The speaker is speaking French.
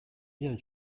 bien